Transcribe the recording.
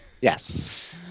Yes